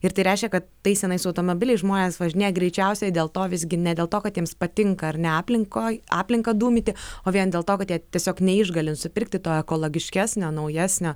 ir tai reiškia kad tais senais automobiliais žmonės važinėja greičiausiai dėl to visgi ne dėl to kad jiems patinka ar ne aplinkoj aplinką dūmyti o vien dėl to kad jie tiesiog neišgali nusipirkti to ekologiškesnio naujesnio